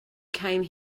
came